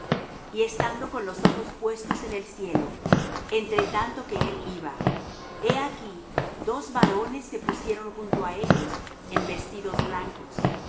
y estando con los ojos puestos en el cielo entre tanto que él iba he aquí dos varones se pusieron junto á ellos en vestidos blancos